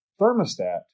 thermostat